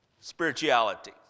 spirituality